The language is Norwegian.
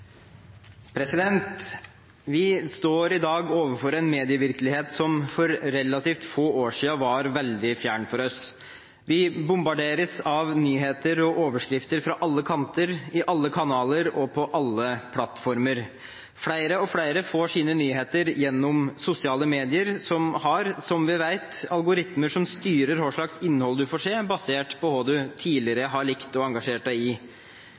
Vi står i dag overfor en medievirkelighet som for relativt få år siden var veldig fjern for oss. Vi bombarderes av nyheter og overskrifter fra alle kanter, i alle kanaler og på alle plattformer. Flere og flere får sine nyheter gjennom sosiale medier, som har – som vi vet – algoritmer som styrer hva slags innhold vi får se, basert på hva vi tidligere har likt og engasjert oss i.